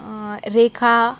रेखा